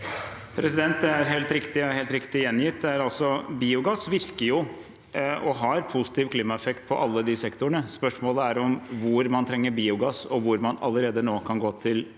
riktig og helt riktig gjengitt. Biogass virker og har en positiv klimaeffekt på alle de sektorene. Spørsmålet er hvor man trenger biogass, og hvor man allerede nå kan gå til